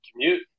commute